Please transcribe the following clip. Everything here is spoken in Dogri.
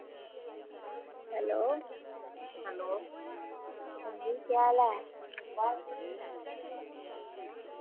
हैलो अंजी केह् हाल ऐ